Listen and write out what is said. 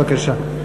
בבקשה.